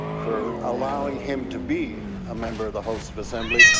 for allowing him to be a member of the house of assembly,